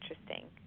interesting